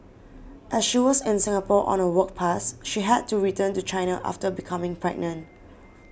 as she was in Singapore on a work pass she had to return to China after becoming pregnant